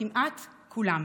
כמעט כמעט כולן.